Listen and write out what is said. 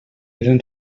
eren